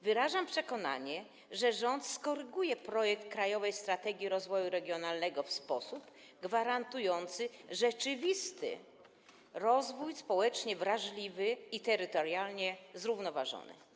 Wyrażam przekonanie, że rząd skoryguje projekt Krajowej Strategii Rozwoju Regionalnego w sposób gwarantujący rzeczywisty rozwój - społecznie wrażliwy i terytorialnie zrównoważony.